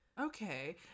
Okay